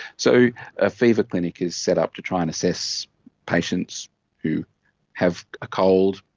so a fever clinic is set up to try and assess patients who have a cold,